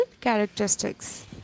characteristics